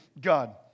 God